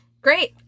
Great